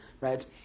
right